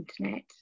internet